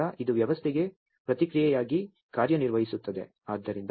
ಆದ್ದರಿಂದ ಇದು ವ್ಯವಸ್ಥೆಗೆ ಪ್ರತಿಕ್ರಿಯೆಯಾಗಿ ಕಾರ್ಯನಿರ್ವಹಿಸುತ್ತದೆ